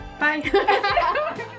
Bye